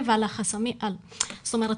יש מעונות שהם בתכנון, זה אנחנו יודעים.